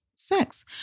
sex